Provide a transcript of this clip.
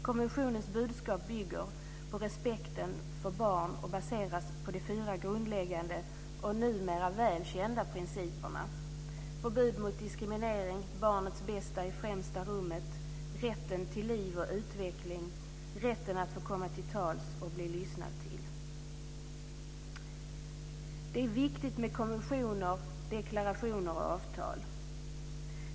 Konventionens budskap bygger på respekten för barn och baseras på de fyra grundläggande och numera väl kända principerna - barnets bästa i främsta rummet - rätten att få komma till tals och bli lyssnad till. Det är viktigt med konventioner, deklarationer och avtal.